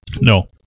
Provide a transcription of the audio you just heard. No